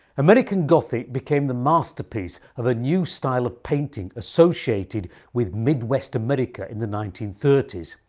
american gothic became the masterpiece of a new style of painting associated with mid-west america in the nineteen thirty s.